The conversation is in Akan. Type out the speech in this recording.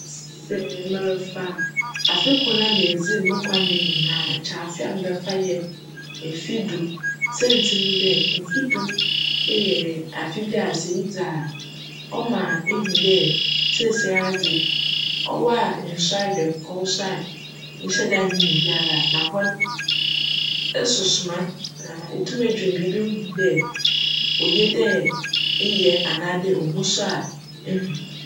Sj merefa afe kor na medzi no mo nkwa nda nyinara a, nkyj afe a mebjfa yj mfe du siantsir nye dj mfe du yj afe bi a sj edzi a cma ihu dj seseiara dze, cwc a nnso aber, cwc so a nnhyj da nnyin biara na hc no eso soma, na itum dwen biribi ho hu dj oye dj eyj anaa dj omo so a ihu.